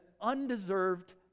undeserved